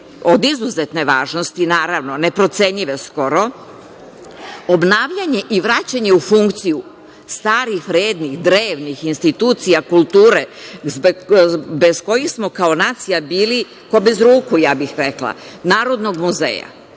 od izuzetne važnosti, naravno, neprocenjive skoro, obnavljanje i vraćanje u funkciju starih, vrednih, drevnih institucija kulture bez kojih smo kao nacija bili ko bez ruku, ja bih rekla, Narodnog muzeja,